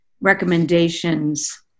recommendations